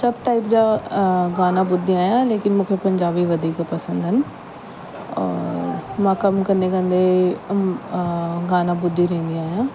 सभु टाइप जा गाना ॿुधंदी आहियां लेकिनि मूंखे पंजाबी वधीक पसंदि आहिनि और मां कमु कंदे कंदे गाना ॿुधी रहंदी आहियां